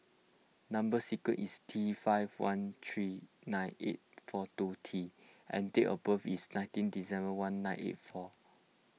Number Sequence is T five one three nine eight four two T and date of birth is nineteen December one nine eight four